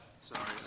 sorry